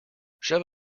shove